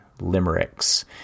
limericks